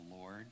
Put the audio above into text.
Lord